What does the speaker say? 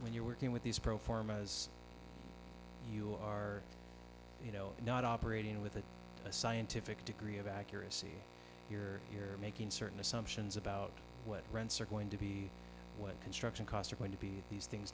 when you're working with these pro forma as you are you know not operating with a scientific degree of accuracy here you're making certain assumptions about what rents are going to be what construction costs are going to be these things